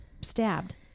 stabbed